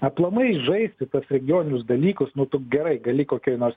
aplamai žaisti tuos regioninius dalykus nu tu gerai gali kokioj nors